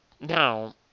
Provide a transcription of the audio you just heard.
Now